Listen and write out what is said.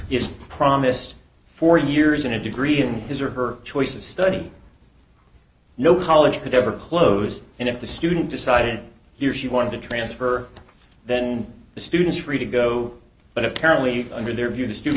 is promised four years in a degree in his or her choice of study no college could ever close and if the student decided he or she wanted to transfer then the students free to go but apparently under their view the student